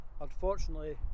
unfortunately